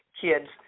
kids